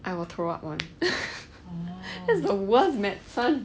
I will throw up [one] that's the worst medicine